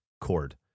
cord